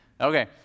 Okay